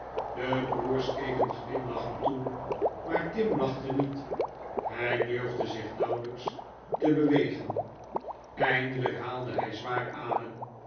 de broers keken glimlachend toe maar tim lachte niet hij durfde zich nauwelijks te bewegen eindelijk haalde hij zwaar adem